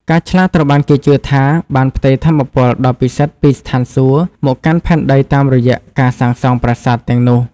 ការឆ្លាក់ត្រូវបានគេជឿថាបានផ្ទេរថាមពលដ៏ពិសិដ្ឋពីស្ថានសួគ៌មកកាន់ផែនដីតាមរយៈការសាងសង់ប្រាសាទទាំងនោះ។